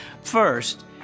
First